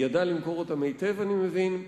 ידע למכור אותם היטב, אני מבין.